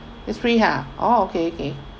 it's free !huh! orh okay okay